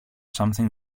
something